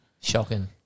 Shocking